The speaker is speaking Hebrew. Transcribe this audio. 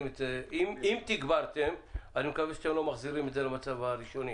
אני מקווה שאם תגברתם אתם לא מצמצמים ומחזירים את זה למצב הראשוני.